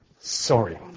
Sorry